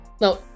Now